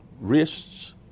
wrists